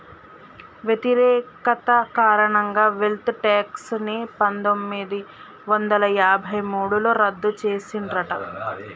వ్యతిరేకత కారణంగా wealth tax ని పందొమ్మిది వందల యాభై మూడులో రద్దు చేసిండ్రట